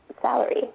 salary